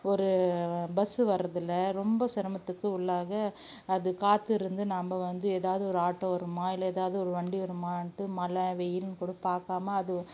ஒரு பஸ்ஸு வர்றதில் ரொம்ப சிரமத்துக்கு உள்ளாக அது காத்திருந்து நாம் வந்து ஏதாவது ஒரு ஆட்டோ வருமா இல்லை ஏதாவது ஒரு வண்டி வருமான்ட்டு மழை வெயில்னு கூட பார்க்காம அது